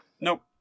Nope